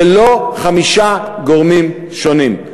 ולא חמישה גורמים שונים.